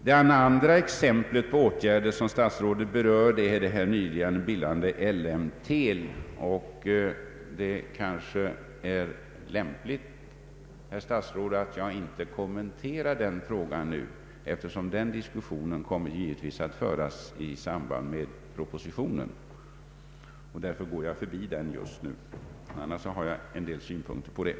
Det andra exemplet på åtgärder som statsrådet berör är det nyligen bildade Ellemtel. Det kanske är lämpligt, herr statsråd, att jag inte kommenterar den frågan nu, eftersom den diskussionen givetvis kommer att föras i samband med behandlingen av propositionen. Därför går jag förbi den just nu trots att jag har en del synpunkter på den.